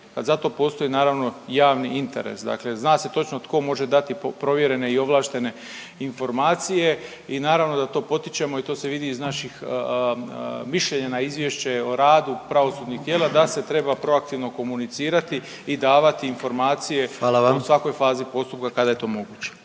kad za to postoji naravno javni interes. Dakle, zna se točno tko može dati provjerene i ovlaštene informacije i naravno da to potičemo i to se vidi iz naših mišljenja na izvješće o radu pravosudnih tijela da se treba proaktivno komunicirati i davati informacije … …/Upadica predsjednik: